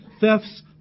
thefts